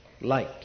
light